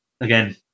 Again